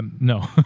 no